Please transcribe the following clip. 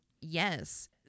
Yes